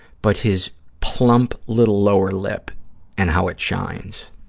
but his plump little lower lip and how it shines.